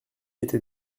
était